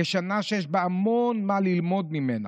כשנה שיש בה המון מה ללמוד ממנה.